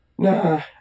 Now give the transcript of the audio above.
Nah